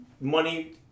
money